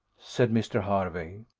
said mr. hervey.